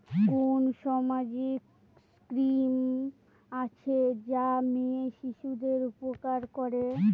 কোন সামাজিক স্কিম আছে যা মেয়ে শিশুদের উপকার করে?